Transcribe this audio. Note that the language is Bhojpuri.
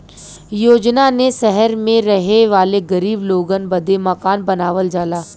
योजना ने सहर मे रहे वाले गरीब लोगन बदे मकान बनावल जाला